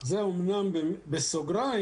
התרבות והספורט בנושא התייעלות תקציבית ושקיפות במוסדות